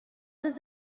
this